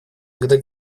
когда